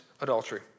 adultery